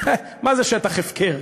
מה זה "שטח הפקר"?